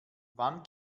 wann